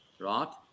Right